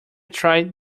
tried